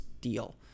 deal